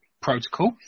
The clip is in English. protocol